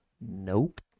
nope